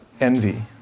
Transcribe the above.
envy